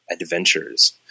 Adventures